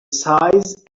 size